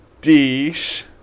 dish